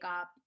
up